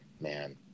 Man